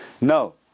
No